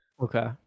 Okay